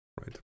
right